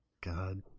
God